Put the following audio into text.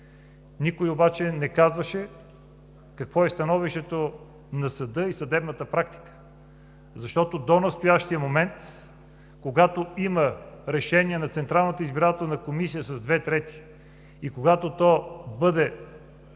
никой обаче не казваше какво е становището на съда и съдебната практика. Защото до настоящия момент, когато има решение на Централната избирателна комисия с две трети и когато то бъде подадено